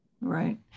Right